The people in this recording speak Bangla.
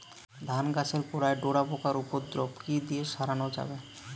ধান গাছের গোড়ায় ডোরা পোকার উপদ্রব কি দিয়ে সারানো যাবে?